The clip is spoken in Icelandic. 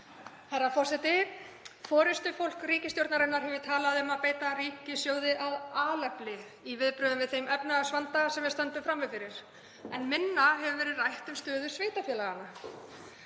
Herra forseti. Forystufólk ríkisstjórnarinnar hefur talað um að beita ríkissjóði af alefli í viðbrögðum við þeim efnahagsvanda sem við stöndum frammi fyrir en minna hefur verið rætt um stöðu sveitarfélaganna.